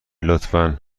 لطفا